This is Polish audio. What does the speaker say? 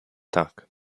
tak